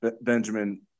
Benjamin